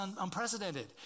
unprecedented